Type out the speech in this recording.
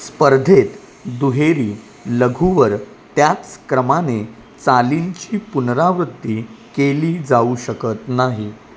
स्पर्धेत दुहेरी लघुवर त्याच क्रमाने चालींची पुनरावृत्ती केली जाऊ शकत नाही